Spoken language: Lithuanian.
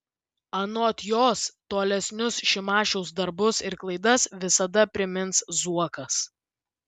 anot jos tolesnius šimašiaus darbus ir klaidas visada primins zuokas